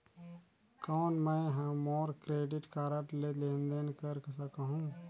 कौन मैं ह मोर क्रेडिट कारड ले लेनदेन कर सकहुं?